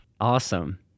Awesome